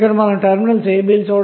terminals ab లు ఇక్కడ చూడవచ్చు